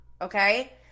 Okay